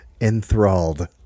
enthralled